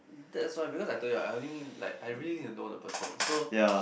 that's why because I told you what I only like I really need to know the person so